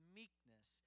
meekness